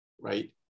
right